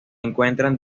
encuentran